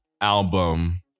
album